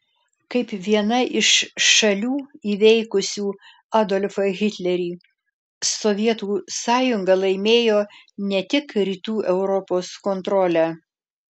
kaip viena iš šalių įveikusių adolfą hitlerį sovietų sąjunga laimėjo ne tik rytų europos kontrolę